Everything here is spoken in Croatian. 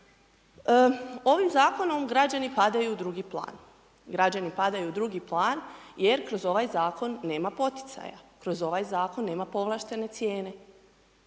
plan, građani padaju u drugo plan jer kroz ovaj zakon nema poticaja, uz ovaj zakon nema povlaštene cijene.